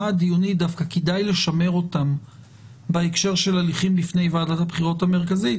הדיונית דווקא כדאי לשמר בהקשר של הליכים בפני ועדת הבחירות המרכזית,